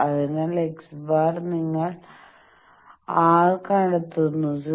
അതിനാൽx̄ നിങ്ങൾ r ൽ കണ്ടെത്തുന്ന 0